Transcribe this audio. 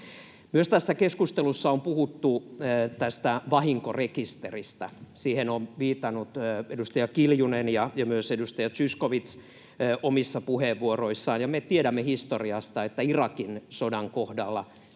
Myös tässä keskustelussa on puhuttu vahinkorekisteristä. Siihen ovat viitanneet edustaja Kiljunen ja myös edustaja Zyskowicz omissa puheenvuoroissaan, ja me tiedämme historiasta, että Irakin sodan kohdalla